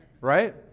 right